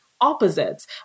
opposites